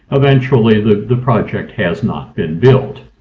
eventually the the project has not been built.